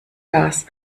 gas